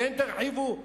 כן תרחיבו?